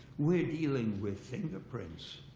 we're dealing with fingerprints.